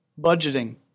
Budgeting